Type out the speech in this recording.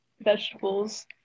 vegetables